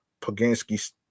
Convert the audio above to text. poganski